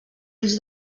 ulls